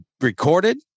recorded